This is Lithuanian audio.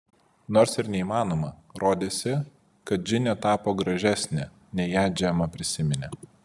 nors ir neįmanoma rodėsi kad džinė tapo gražesnė nei ją džema prisiminė